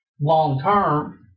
long-term